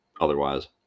otherwise